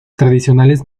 tradicionales